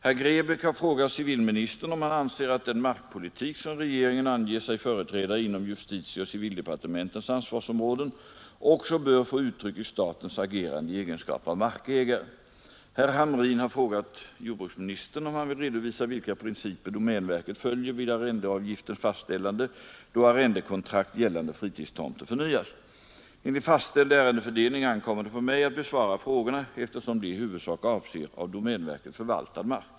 Herr Grebäck har frågat civilministern om han anser att den markprispolitik som regeringen anger sig företräda inom justitieoch civildepartementens ansvarsområden också bör få uttryck i statens agerande i egenskap av markägare. Herr Hamrin har frågat jordbruksministern om han vill redovisa vilka principer domänverket följer vid arrendeavgiftens fastställande, då arrendekontrakt gällande fritidstomter förnyas. Enligt fastställd ärendefördelning ankommer det på mig att besvara frågorna, eftersom de i huvudsak avser av domänverket förvaltad mark.